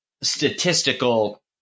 statistical